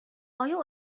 آیا